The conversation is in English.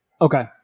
okay